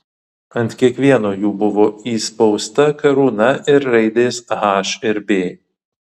ant kiekvieno jų buvo įspausta karūna ir raidės h ir b